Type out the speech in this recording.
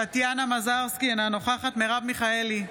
טטיאנה מזרסקי, אינה נוכחת מרב מיכאלי,